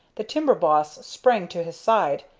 the timber boss sprang to his side,